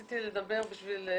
רציתי לדבר בשביל,